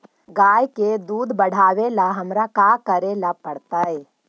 गाय के दुध बढ़ावेला हमरा का करे पड़तई?